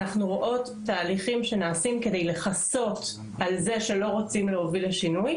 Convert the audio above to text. אנחנו רואות תהליכים שנעשים כדי לכסות על זה שלא רוצים להוביל לשינוי,